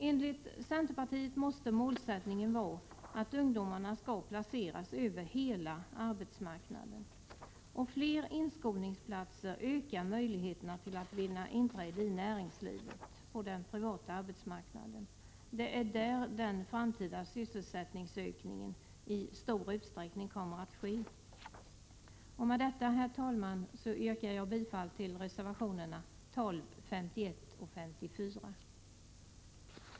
Enligt centerpartiet måste målsättningen vara att ungdomarna skall placeras över hela arbetsmarknaden. Fler inskolningsplatser ökar möjligheterna att vinna inträde i näringslivet — på den privata arbetsmarknaden. Det är där den framtida sysselsättningsökningen i stor utsträckning kommer att ske. Med detta, herr talman, yrkar jag bifall till reservationerna 12, 51 och 54.